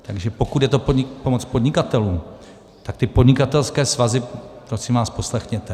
Takže pokud je to pomoc podnikatelům, tak ty podnikatelské svazy prosím vás poslechněte.